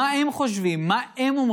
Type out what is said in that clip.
ביוקר אנחנו משלמים, לא מחירים